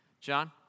John